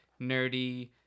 nerdy